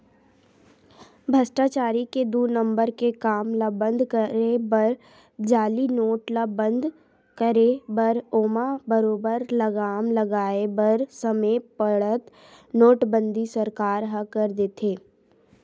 भस्टाचारी के दू नंबर के काम ल बंद करे बर जाली नोट ल बंद करे बर ओमा बरोबर लगाम लगाय बर समे पड़त नोटबंदी सरकार ह कर देथे